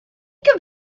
think